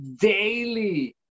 daily